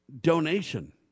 donation